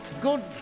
good